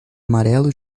amarelo